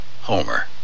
Homer